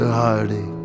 hardy